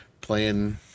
playing